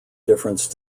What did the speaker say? difference